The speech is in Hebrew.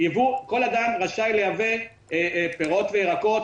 כל אדם רשאי לייבא פירות וירקות,